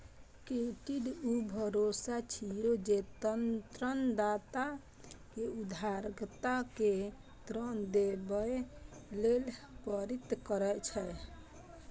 credit ऊ भरोसा छियै, जे ऋणदाता कें उधारकर्ता कें ऋण देबय लेल प्रेरित करै छै